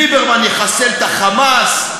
ליברמן יחסל את ה"חמאס",